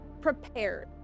Prepared